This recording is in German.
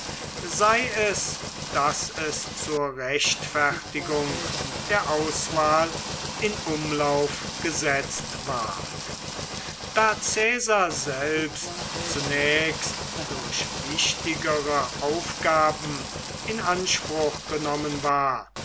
sei es daß es zur rechtfertigung der auswahl in umlauf gesetzt ward da caesar selbst zunächst durch wichtigere aufgaben in anspruch genommen war